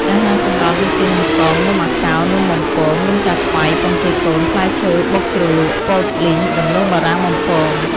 អាហារសម្រន់ដូចជា នំកង នំអាកោរ នំបំពង នំចាខ្វៃ ពងទាកូន ផ្លែឈើបុកជ្រលក់ ពោតលីង ដំឡូងបារាំងបំពង។